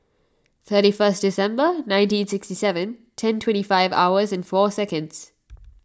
thirty first December nineteen sixty seven ten twenty five hours and four seconds